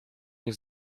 nie